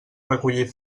recollir